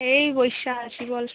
এই বসে আছি বল